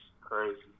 Crazy